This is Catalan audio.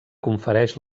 confereix